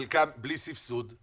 חלקם בלי סבסוד,